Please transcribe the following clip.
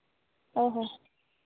ᱚ ᱦᱚ